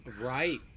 Right